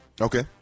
Okay